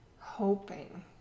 hoping